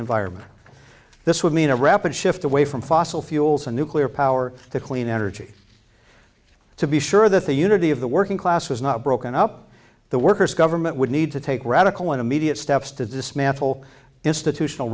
environment this would mean a rapid shift away from fossil fuels and nuclear power to clean energy to be sure that the unity of the working class was not broken up the workers government would need to take radical immediate steps to dismantle institutional